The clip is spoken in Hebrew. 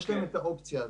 יש להם את האופציה הזאת.